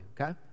Okay